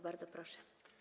Bardzo proszę.